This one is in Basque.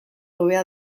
hobea